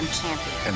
champion